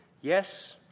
Yes